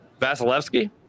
Vasilevsky